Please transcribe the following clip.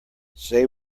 say